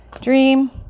dream